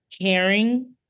caring